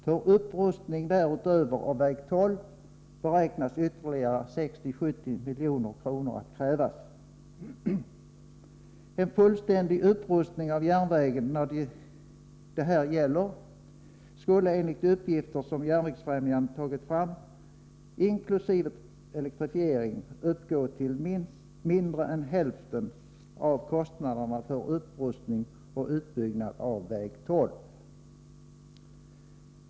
För upprustning därutöver av väg 12 beräknas ytterligare 60-70 milj.kr. krävas. En fullständig upprustning av järnvägen det här gäller skulle enligt uppgifter som Järnvägsfrämjandet tagit fram, inkl. elektrifiering, uppgå till mindre än hälften av kostnaderna för upprustning och utbyggnad av väg 12.